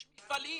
יש מפעלים.